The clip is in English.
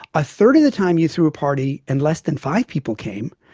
a third of the time you threw a party and less than five people came.